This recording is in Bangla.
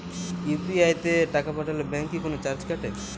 ইউ.পি.আই তে টাকা পাঠালে ব্যাংক কি কোনো চার্জ কাটে?